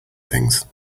things